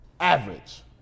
Average